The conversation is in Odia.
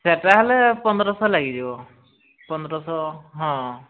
ସେଇଟା ହେଲେ ପନ୍ଦରଶହ ଲାଗିଯିବ ପନ୍ଦରଶହ ହଁ